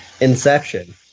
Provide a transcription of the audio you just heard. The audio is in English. Inception